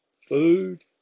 Food